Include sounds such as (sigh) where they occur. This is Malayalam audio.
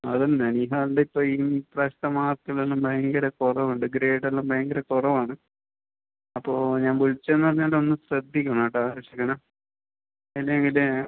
അത് തന്നെ നിഹാലിൻ്റെ ഇപ്പം ഈ പ്രാവശ്യത്തെ മാർക്കിലെല്ലാം ഭയങ്കര കുറവുണ്ട് ഗ്രേഡ് എല്ലാം ഭയങ്കര കുറവാണ് അപ്പോൾ ഞാൻ വിളിച്ചത് എന്ന് പറഞ്ഞാൽ ഒന്ന് ശ്രദ്ധിക്കണം കേട്ടോ (unintelligible) അല്ലെങ്കിൽ